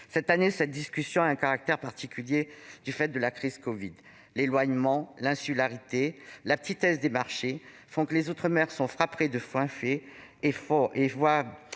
Cette année, l'examen de la mission présente un caractère particulier du fait de la crise de la covid. L'éloignement, l'insularité, la petitesse des marchés font que les outre-mer sont frappés de plein fouet et voient